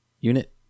Unit